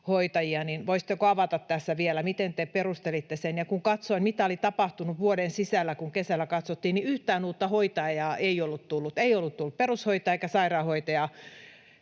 hoitajia. Voisitteko avata tässä vielä, miten te perustelitte sen? Ja kun katsoin, mitä oli tapahtunut vuoden sisällä, kun kesällä tätä katsottiin, niin yhtään uutta hoitajaa ei ollut tullut: ei ollut tullut perushoitajia eikä sairaanhoitajia.